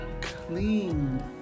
clean